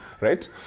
right